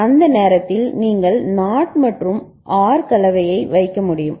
அந்த நேரத்தில் நீங்கள் NOT மற்றும் OR கலவையை வைக்க முடியும்